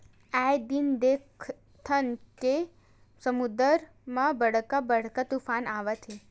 आए दिन देखथन के समुद्दर म बड़का बड़का तुफान आवत हे